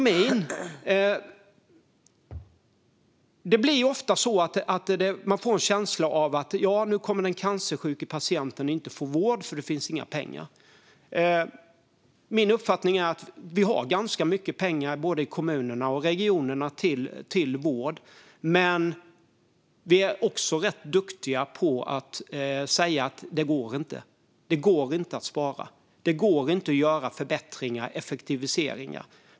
Man får ofta en känsla av att en cancersjuk patient inte kommer att få vård eftersom det inte finns några pengar. Men min uppfattning är att det finns ganska mycket pengar i regionerna till vård men att man är ganska duktig på att säga att det inte går att spara och att det inte går att göra förbättringar och effektiviseringar.